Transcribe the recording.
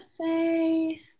say